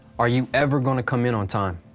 are you ever gonna come in on-time?